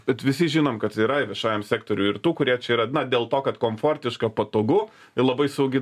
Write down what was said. bet visi žinom kas yra viešajam sektoriuj ir tų kurie čia yra na dėl to kad komfortiška patogu ir labai saugi